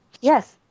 Yes